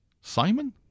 Simon